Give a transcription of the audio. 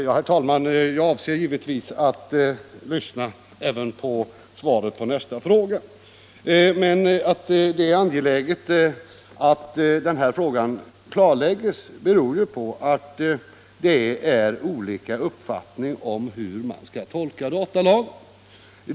Herr talman! Jag avser givetvis att lyssna även till svaret på nästa fråga. Att det är angeläget att den här saken klarläggs beror på att det finns olika uppfattningar om hur datalagen skall tolkas.